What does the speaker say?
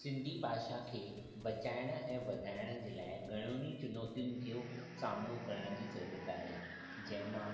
सिंधी भाषा खे बचाइण ऐं वधाइण जे लाइ घणो ई चुनौतियुनि जो सामिनो करण जी ज़रूरत आहे जंहिंमां